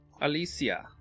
Alicia